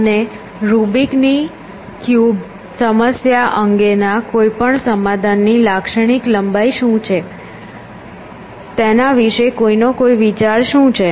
અને રુબિકની ક્યુબ સમસ્યા અંગેના કોઈપણ સમાધાનની લાક્ષણિક લંબાઈ શું છે તેના વિશે કોઈ નો કોઈ વિચાર છે